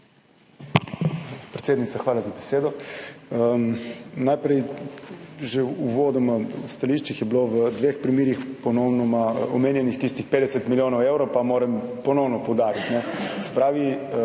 Predsednica, hvala za besedo. Najprej že uvodoma v stališčih je bilo v dveh primerih ponovno omenjenih tistih 50 milijonov evrov, pa moram ponovno poudariti. Se pravi,